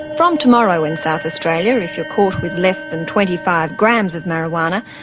from tomorrow in south australia, if you're caught with less than twenty five grams of marijuana,